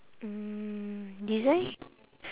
mm design